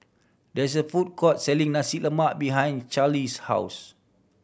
there is a food court selling Nasi Lemak behind Charlize's house